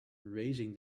raising